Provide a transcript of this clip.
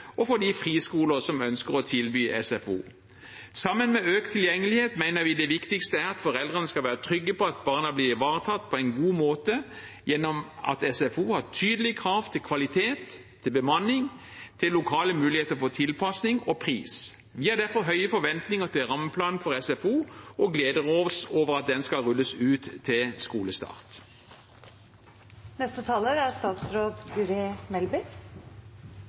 og i de friskoler som ønsker å tilby SFO. Sammen med økt tilgjengelighet mener vi det viktigste er at foreldrene skal være trygge på at barna blir ivaretatt på en god måte gjennom at SFO har tydelige krav til kvalitet, til bemanning og til lokale muligheter for tilpasning og pris. Vi har derfor høye forventninger til rammeplanen for SFO og gleder oss over at den skal rulles ut til skolestart.